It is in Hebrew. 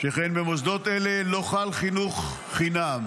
שכן במוסדות אלה לא חל חינוך חינם.